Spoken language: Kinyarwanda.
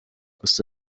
gusa